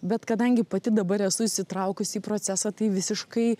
bet kadangi pati dabar esu įsitraukus į procesą tai visiškai